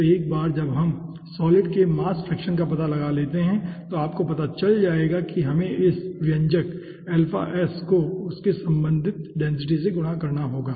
तो एक बार जब हम सॉलिड के मास फ्रैक्शन का पता लगा लेते हैं तो आपको पता चल जाएगा कि हमें इस व्यंजक को उनके संबंधित डेंसिटी से गुणा करना होगा